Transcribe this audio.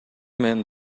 мен